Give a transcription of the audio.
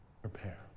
prepare